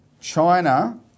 China